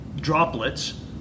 droplets